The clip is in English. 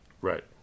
Right